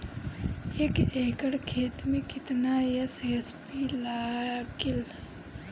एक एकड़ खेत मे कितना एस.एस.पी लागिल?